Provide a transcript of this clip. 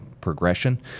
progression